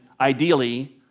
ideally